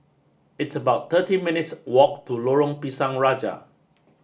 it's about thirty minutes' walk to Lorong Pisang Raja